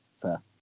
fair